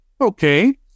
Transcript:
Okay